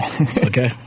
Okay